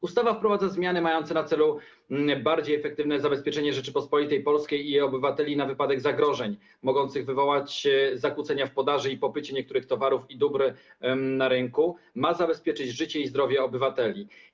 Ustawa wprowadza zmiany mające na celu bardziej efektywne zabezpieczenie Rzeczypospolitej Polskiej i jej obywateli na wypadek zagrożeń mogących wywołać zakłócenia w podaży niektórych towarów i dóbr na rynku oraz popycie na nie, ma zabezpieczyć życie i zdrowie obywateli.